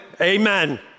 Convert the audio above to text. amen